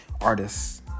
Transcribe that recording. artists